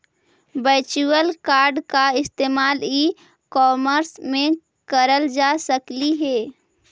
virtual card का इस्तेमाल e commerce में करल जा सकलई हे